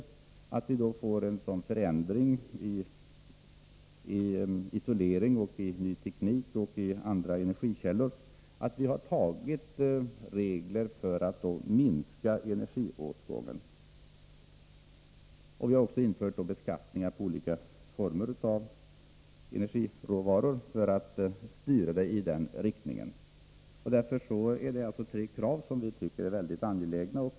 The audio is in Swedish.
Vi har velat få till stånd en förändring i fråga om isoleringen av bostäderna, och vi har velat få fram ny teknik och andra energikällor. Därför har vi infört regler som syftar till att minska energiåtgången. Vi har också infört beskattning på olika energiråvaror för att styra utvecklingen i den önskade riktningen. Utskottsmajoriteten tycker alltså att de krav som finns på de här tre områdena är mycket angelägna.